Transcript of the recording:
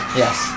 yes